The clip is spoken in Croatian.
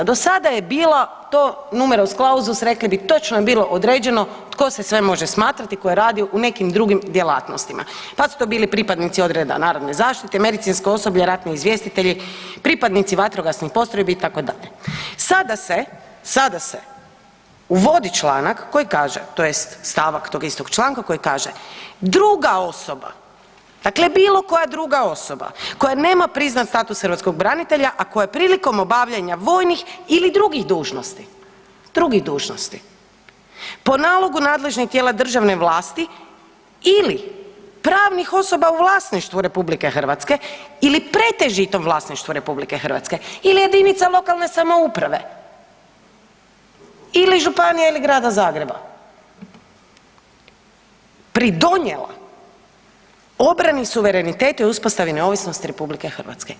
Do sada je bilo to numerus clausus rekli bi točno je bilo određeno tko se sve može smatrati tko je radio u nekim drugim djelatnostima, pa su to bili pripadnicima odreda narodne zaštite, medicinsko osoblje, ratni izvjestitelji, pripadnici vatrogasnih postrojbi itd., sada se, sada se uvodi članak koji kaže tj. stavak tog članka koji kaže, druga osoba, dakle bilo koja druga osoba koja nema priznat status hrvatskog branitelja a koja prilikom obavljanja vojnih ili drugih dužnosti, drugih dužnosti po nalogu nadležnih tijela državne vlasti ili pravnih osoba u vlasništvu RH ili pretežitom vlasništvu RH ili jedinica lokalne samouprave ili županija ili Grada Zagreba pridonijela obrani suvereniteta i uspostavi neovisnosti RH.